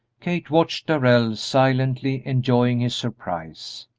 kate watched darrell, silently enjoying his surprise.